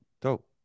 dope